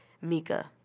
Mika